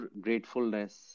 gratefulness